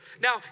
Now